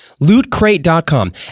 Lootcrate.com